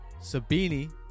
Sabini